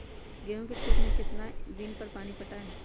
गेंहू के खेत मे कितना कितना दिन पर पानी पटाये?